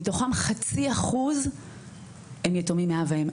מתוכם 0.5% הם יתומים מאב ואם.